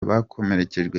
bakomerekejwe